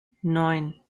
neun